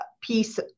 piece